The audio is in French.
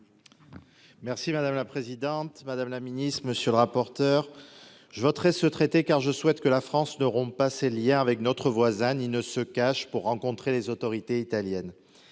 Merci madame la présidente, madame la ministre, monsieur le rapporteur, je voterai ce traité car je souhaite que la France n'auront pas ses Liens avec notre voisin, il ne se cachent pour rencontrer les autorités italiennes,